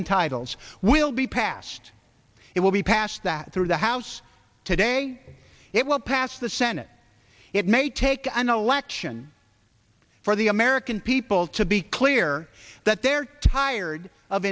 entitles will be passed it will be passed that through the house today it will pass the senate it may take an election for the american people to be clear that they're tired of